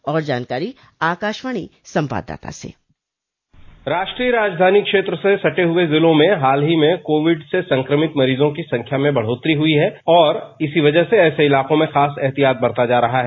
और जानकारी आकाशवाणी संवाददाता से राष्ट्रीय राजधानी क्षेत्र से सटे हुए जिलों में हाल ही में कोविड से संक्रमित मरीजों की संख्या में बढ़ोतरी हुई है और इसी वजह से ऐसे इलाकों में खास एहतियात बरता जा रहा है